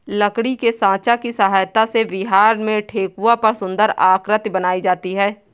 लकड़ी के साँचा की सहायता से बिहार में ठेकुआ पर सुन्दर आकृति बनाई जाती है